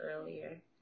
earlier